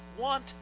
want